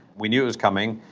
we knew it was coming,